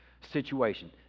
situation